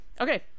Okay